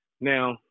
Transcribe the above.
Now